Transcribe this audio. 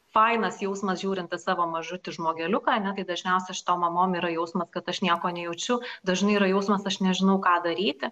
fainas jausmas žiūrint į savo mažutį žmogeliuką ane tai dažniausia šitom mamom yra jausmas kad aš nieko nejaučiu dažnai yra jausmas aš nežinau ką daryti